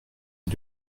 est